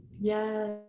Yes